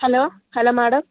hello hello madam